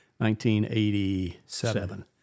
1987